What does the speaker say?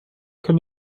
can